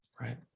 right